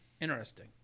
Interesting